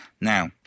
now